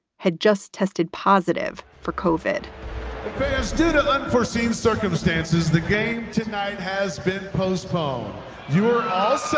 had just tested positive for kov it is due to unforeseen circumstances. the game tonight has been postpone your